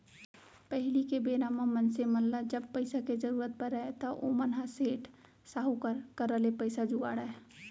पहिली के बेरा म मनसे मन ल जब पइसा के जरुरत परय त ओमन ह सेठ, साहूकार करा ले पइसा जुगाड़य